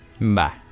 Bye